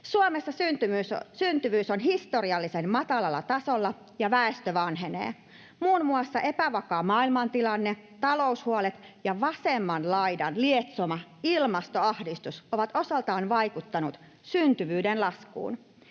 Suomessa myös syntyvyys on historiallisen matalalla tasolla ja väestö vanhenee. Muun muassa epävakaa maailmantilanne, taloushuolet ja vasemman laidan lietsoma ilmastoahdistus ovat osaltaan vaikuttaneet syntyvyyden laskuun.